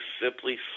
simply